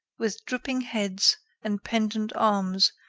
with drooping heads and pendent arms,